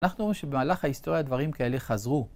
אנחנו רואים שבמהלך ההיסטוריה דברים כאלה חזרו.